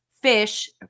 fish